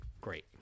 great